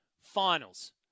Finals